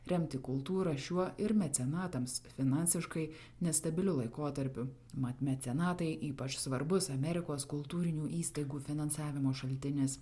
remti kultūrą šiuo ir mecenatams finansiškai nestabiliu laikotarpiu mat mecenatai ypač svarbus amerikos kultūrinių įstaigų finansavimo šaltinis